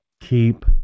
keep